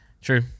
True